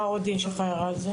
מה עוד יש לך הערה על זה?